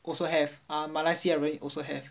also have err 马来西亚人 also have